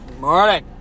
Morning